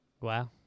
Wow